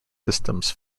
systems